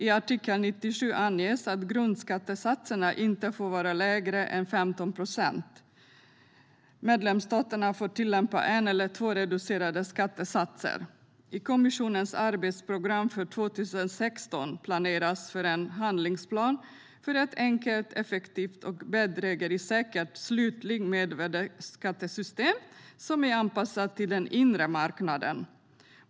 I artikel 97 anges att grundskattesatserna inte får vara lägre än 15 procent, och medlemsstaterna får tillämpa en eller två reducerade skattesatser. I kommissionens arbetsprogram för 2016 planeras för en handlingsplan för ett enkelt, effektivt och bedrägerisäkert slutligt mervärdesskattesystem som är anpassat till den inre marknaden.